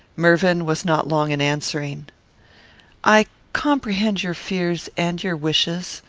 mervyn was not long in answering i comprehend your fears and your wishes.